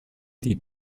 die